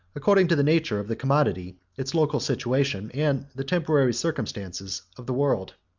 according to the nature of the commodity, its local situation, and the temporary circumstances of the world.